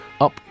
up